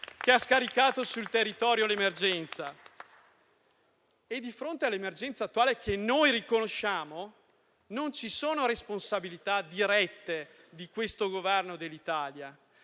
che ha scaricato sul territorio l'emergenza. Di fronte all'emergenza attuale, che noi riconosciamo, non ci sono responsabilità dirette di questo Governo o dell'Italia.